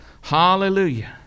Hallelujah